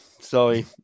sorry